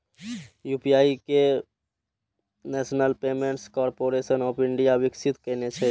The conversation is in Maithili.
यू.पी.आई कें National Payments Corporation of India विकसित केने छै